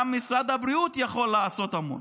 גם משרד הבריאות יכול לעשות המון.